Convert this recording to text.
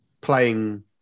playing